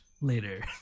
later